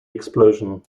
explosion